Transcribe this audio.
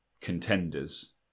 contenders